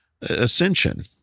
ascension